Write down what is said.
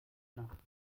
nachts